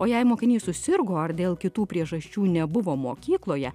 o jei mokiniai susirgo ar dėl kitų priežasčių nebuvo mokykloje